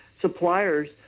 suppliers